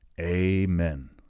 Amen